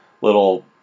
little